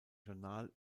journal